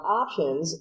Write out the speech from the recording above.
options